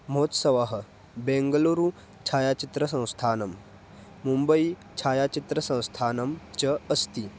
महोत्सवः बेङ्गलूरु छायाचित्रसंस्थानं मुम्बै छायाचित्रसंस्थानं च अस्ति